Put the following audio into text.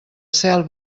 cel